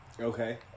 Okay